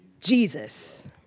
Jesus